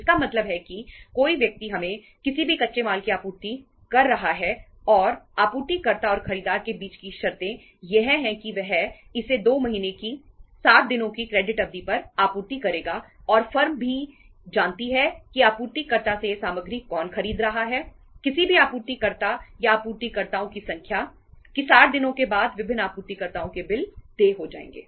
इसका मतलब है कि कोई व्यक्ति हमें किसी भी कच्चे माल की आपूर्ति कर रहा है और आपूर्तिकर्ता और खरीदार के बीच की शर्तें यह है कि वह इसे 2 महीने की 60 दिनों की क्रेडिट अवधि पर आपूर्ति करेगा और फर्म यह भी जानती है कि आपूर्तिकर्ता से यह सामग्री कौन खरीद रहा है किसी भी आपूर्तिकर्ता या आपूर्तिकर्ताओं की संख्या कि 60 दिनों के बाद विभिन्न आपूर्तिकर्ताओं के बिल देय हो जाएंगे